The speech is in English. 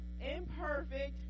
Imperfect